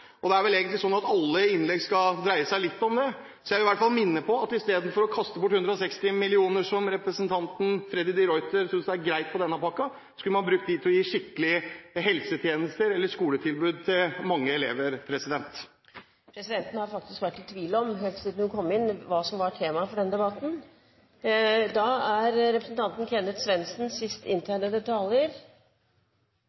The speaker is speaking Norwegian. og det er vel egentlig sånn at da skal alle innleggene dreie seg litt om det. Jeg vil i hvert fall minne om at istedenfor å kaste bort 160 mill. kr – som representanten Freddy de Ruiter synes er greit – på denne pakken skulle man brukt dem til å gi skikkelige helsetjenester eller skoletilbud til mange elever. Presidenten har faktisk vært i tvil om – helt siden hun kom inn salen – hva som er tema i denne debatten.